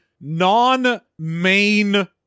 non-main